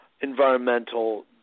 environmental